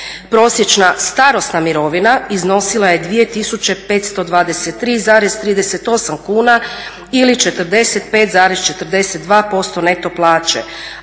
Prosječna starosna mirovina iznosila je 2.523,38 kuna ili 45,42% neto plaće,